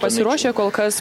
pasiruošę kol kas